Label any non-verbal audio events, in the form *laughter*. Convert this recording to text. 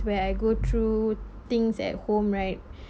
where I go through things at home right *breath*